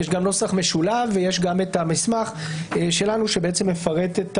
יש גם נוסח משולב ויש גם את המסמך שלנו שמפרט את הסעיפים,